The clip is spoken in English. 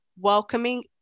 welcoming